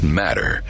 matter